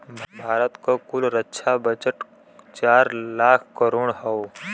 भारत क कुल रक्षा बजट चार लाख करोड़ हौ